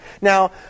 Now